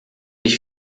ich